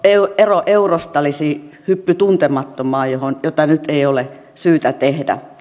ero eurosta olisi hyppy tuntemattomaan jota nyt ei ole syytä tehdä